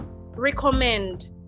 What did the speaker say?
recommend